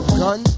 gun